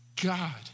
God